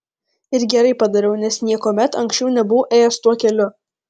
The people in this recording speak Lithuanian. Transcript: ir gerai padariau nes niekuomet anksčiau nebuvau ėjęs tuo keliu